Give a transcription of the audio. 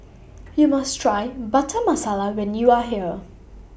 YOU must Try Butter Masala when YOU Are here